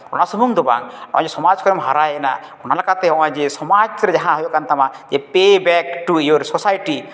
ᱚᱱᱟ ᱥᱩᱢᱩᱝ ᱫᱚ ᱵᱟᱝ ᱱᱚᱜᱼᱚᱭ ᱡᱮ ᱥᱚᱢᱟᱡᱽ ᱠᱷᱚᱱ ᱮᱢ ᱦᱟᱨᱟᱭᱮᱱᱟ ᱚᱱᱟ ᱞᱮᱠᱟᱛᱮ ᱱᱚᱜᱼᱚᱭ ᱡᱮ ᱥᱚᱢᱟᱡᱽ ᱨᱮ ᱡᱟᱦᱟᱸ ᱦᱩᱭᱩᱜ ᱠᱟᱱ ᱛᱟᱢᱟ ᱡᱮ ᱯᱮ ᱵᱮᱠ ᱴᱩ ᱤᱭᱳᱨ ᱥᱳᱥᱟᱭᱴᱤ